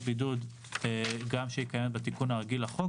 בידוד כמו שקיימת בתיקון הרגיל לחוק,